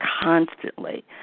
constantly